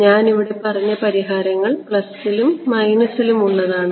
ഞാൻ ഇവിടെ പറഞ്ഞ പരിഹാരങ്ങൾ പ്ലസ്സിലും മൈനസ്സിലും ഉള്ളതാണ്